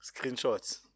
Screenshots